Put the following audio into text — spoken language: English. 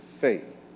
faith